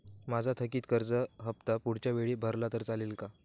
माझा थकीत कर्ज हफ्ता पुढच्या वेळी भरला तर चालेल का?